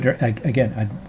again